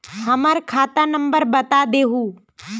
हमर खाता नंबर बता देहु?